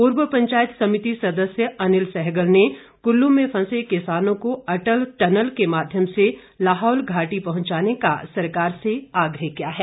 पूर्व पंचायत समिति सदस्य अनिल सहगल ने कुल्लू में फंसे किसानों को अटल टनल के माध्यम से लाहौल घाटी पहुंचाने का सरकार से आग्रह किया है